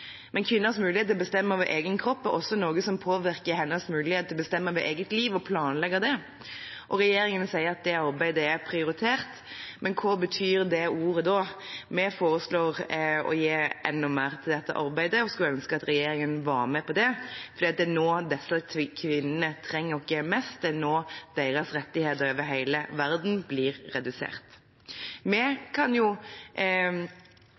Men kvinners mulighet til å bestemme over egen kropp er også noe som påvirker deres mulighet til å bestemme over eget liv og å planlegge det. Regjeringen sier at det arbeidet er prioritert, men hva betyr det ordet? Vi foreslår å gi enda mer til dette arbeidet. Vi skulle ønske at regjeringen var med på det, for det er nå disse kvinnene trenger oss mest, det er nå deres rettigheter blir redusert over hele verden.